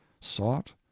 sought